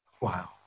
wow